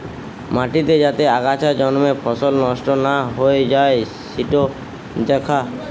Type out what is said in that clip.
মাটিতে যাতে আগাছা জন্মে ফসল নষ্ট না হৈ যাই সিটো দ্যাখা